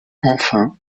enfin